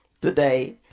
today